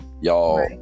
y'all